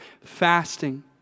fasting